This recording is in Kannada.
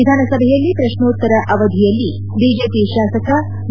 ವಿಧಾನಸಭೆಯಲ್ಲಿ ಪ್ರಶ್ನೋತ್ತರವಧಿಯಲ್ಲಿ ಬಿಜೆಪಿ ಶಾಸಕ ವಿ